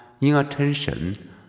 inattention